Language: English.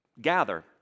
gather